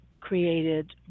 created